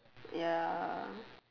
ya